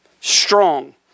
strong